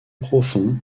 profonds